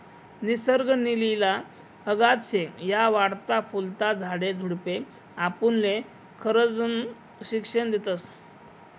निसर्ग नी लिला अगाध शे, या वाढता फुलता झाडे झुडपे आपुनले खरजनं शिक्षन देतस